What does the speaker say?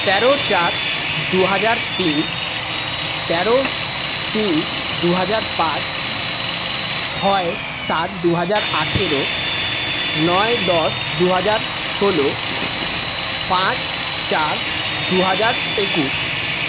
তেরো চার দুহাজার তিন তেরো তিন দু হাজার পাঁচ ছয় সাত দু হাজার আঠারো নয় দশ দু হাজার ষোলো পাঁচ চার দু হাজার একুশ